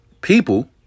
people